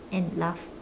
and laugh